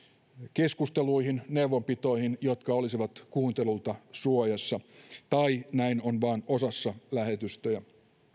keskusteluihin neuvonpitoihin jotka olisivat kuuntelulta suojassa tai näin on vaan osassa lähetystöjä